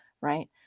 right